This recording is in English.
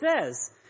says